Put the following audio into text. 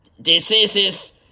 diseases